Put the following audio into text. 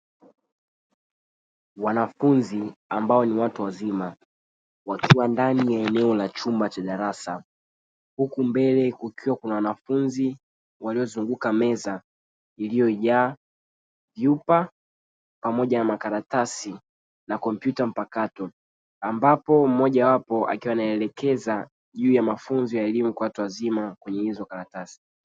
Wanafunzi ambao ni watu wazima wakiwa ndani ya eneo la chumba cha daras,a huku mbele kukiwa kuna wanafunzi waliozunguka meza iliyojaa chupa pamoja na makaratasi na kompyuta mpakato, ambapo mmoja wapo akiwa anaelekeza juu ya mafunzo ya elimu kwa watu wazima kwenye hizo karatasi.